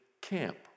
camp